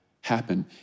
happen